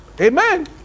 Amen